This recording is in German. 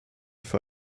für